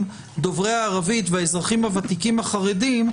דוברי הערבית והאזרחים הוותיקים החרדים,